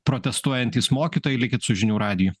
protestuojantys mokytojai likit su žinių radiju